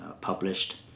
published